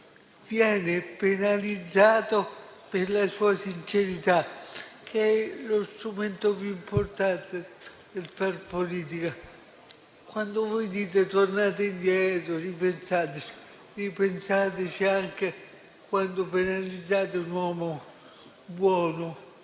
Viene penalizzato per la sua sincerità, che è lo strumento più importante del fare politica. Quando voi dite "tornate indietro e ripensateci". Ripensateci anche quando penalizzate un uomo buono,